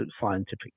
scientific